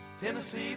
Tennessee